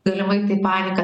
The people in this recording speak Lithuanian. galimai tai panika